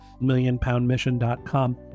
millionpoundmission.com